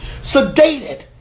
Sedated